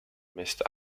mist